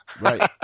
right